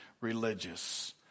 religious